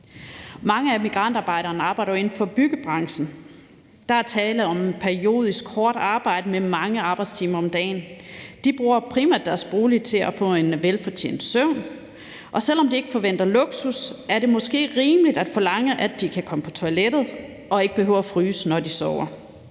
Mange af migrantarbejderne arbejder inden for byggebranchen. Der er tale om periodisk arbejde med mange arbejdstimer om dagen. De bruger primært deres bolig til at få velfortjent søvn, og selv om de ikke forventer luksus, er det måske rimeligt at forlange, at de kan komme på toilettet og ikke behøver at fryse, når de sover.